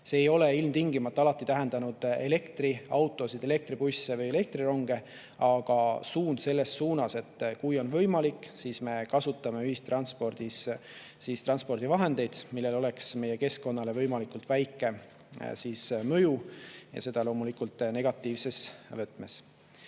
See ei ole ilmtingimata alati tähendanud elektriautosid, elektribusse või elektrironge, aga suund on sinna, et kui on võimalik, siis me kasutame ühistranspordis transpordivahendeid, millel on meie keskkonnale võimalikult väike mõju, loomulikult negatiivses võtmes.